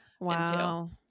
Wow